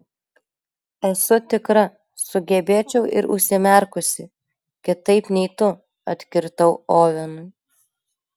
esu tikra sugebėčiau ir užsimerkusi kitaip nei tu atkirtau ovenui